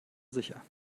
sicher